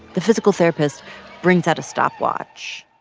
the physical therapist brings out a stopwatch